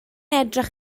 edrych